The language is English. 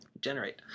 Generate